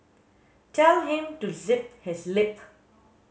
tell him to zip his lip